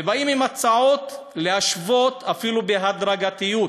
ובאים עם הצעות להשוות, אפילו בהדרגה,